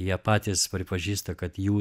jie patys pripažįsta kad jų